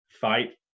fight